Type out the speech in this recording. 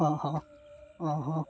ହଁ ହଁ ହଁ ହଁ